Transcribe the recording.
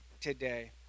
today